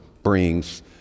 brings